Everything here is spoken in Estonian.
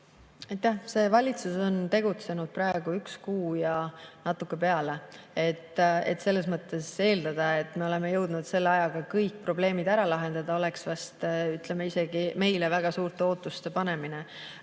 See valitsus on tegutsenud praegu üks kuu ja natuke peale. Eeldada, et me oleme jõudnud selle ajaga kõik probleemid ära lahendada, oleks vast isegi meile väga suurte ootuste panemine.